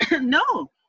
No